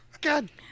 God